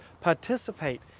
participate